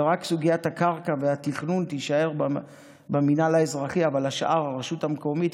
ורק סוגיית הקרקע והתכנון תישאר במינהל האזרחי והשאר ברשות המקומית,